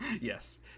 yes